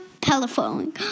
telephone